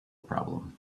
problem